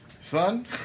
Son